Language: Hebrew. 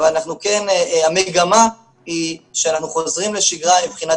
אבל המגמה היא שאנחנו חוזרים לשגרה מבחינת